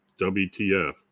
WTF